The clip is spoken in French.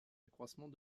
accroissement